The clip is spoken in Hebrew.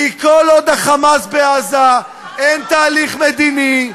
כי כל עוד ה"חמאס" בעזה אין תהליך מדיני,